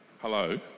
hello